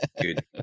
Good